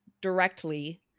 directly